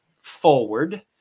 forward